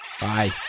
Bye